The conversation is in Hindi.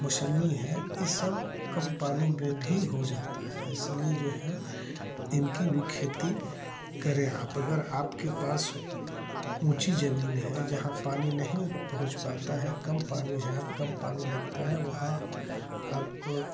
मौसम्मी है ये सब कम पानी में भी हो जाता है इसलिए जो है इनकी भी खेती करें आप अगर आपके पास ऊँची जमीन है जहाँ पानी नहीं पहुँच पाता है कम पानी है कम पानी लगता है वहाँ आप